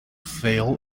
fail